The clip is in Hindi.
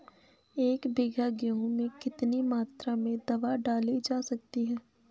एक बीघा गेहूँ में कितनी मात्रा में दवा डाली जा सकती है?